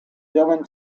german